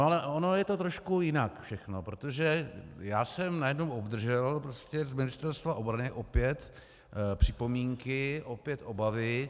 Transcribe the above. Ale ono je to trošku jinak všechno, protože já jsem najednou obdržel z Ministerstva obrany opět připomínky, opět obavy.